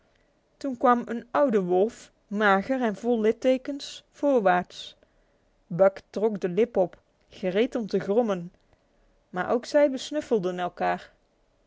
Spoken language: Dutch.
toen kwam een oude wolf mager en vol littekens voorwaarts buck trok de lip op gereed om te grommen maar ook zij besnuffelden elkaar